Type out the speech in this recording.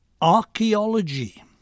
archaeology